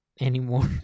anymore